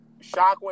Shockwave